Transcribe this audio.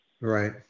right